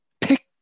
pick